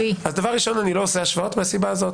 דבר ראשון, אני לא עושה השוואות מהסיבה הזאת.